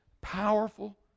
powerful